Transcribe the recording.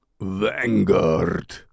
Vanguard